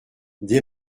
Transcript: des